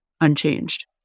unchanged